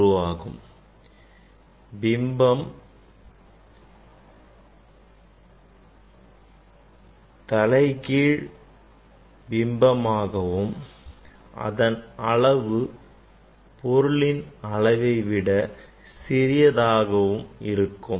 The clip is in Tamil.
உருவாகும் பிம்பம் தலைகீழ் மெய் பிம்பமாகவும் அதன் அளவு பொருளின் அளவை விட சிறியதாகவும் இருக்கும்